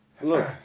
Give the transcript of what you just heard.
Look